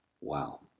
wow